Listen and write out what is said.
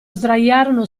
sdraiarono